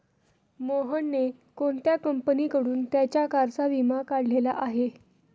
मोहनने कोणत्या कंपनीकडून त्याच्या कारचा विमा काढलेला आहे?